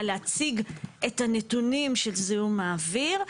להציג את הנתונים של זיהום האוויר,